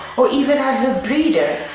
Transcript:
or even as a breeder.